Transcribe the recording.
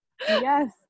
Yes